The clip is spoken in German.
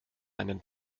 einen